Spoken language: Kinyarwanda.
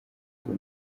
uwo